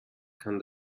kann